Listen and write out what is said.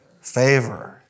Favor